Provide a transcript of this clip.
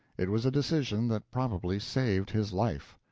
it was a decision that probably saved his life.